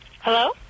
Hello